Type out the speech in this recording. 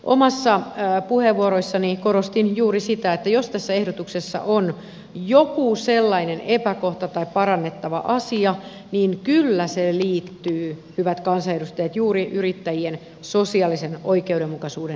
omissa puheenvuoroissani korostin juuri sitä että jos tässä ehdotuksessa on joku sellainen epäkohta tai parannettava asia niin kyllä se liittyy hyvät kansanedustajat juuri yrittäjien sosiaalisen oikeudenmukaisuuden edistämiseen